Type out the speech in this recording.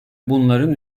bunların